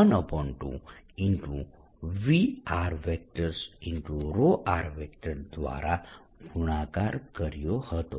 ½ Vrr દ્વારા ગુણાકાર કર્યો હતો